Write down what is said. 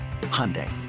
Hyundai